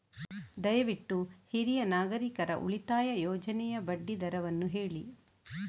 ದಯವಿಟ್ಟು ಹಿರಿಯ ನಾಗರಿಕರ ಉಳಿತಾಯ ಯೋಜನೆಯ ಬಡ್ಡಿ ದರವನ್ನು ಹೇಳಿ